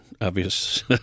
obvious